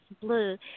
blue